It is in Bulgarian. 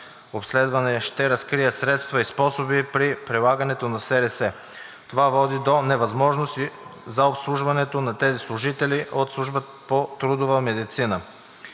обследване ще разкрие средства и способи при прилагането на СРС. Това води до невъзможност за обслужването на тези служители от Службата по трудова медицина.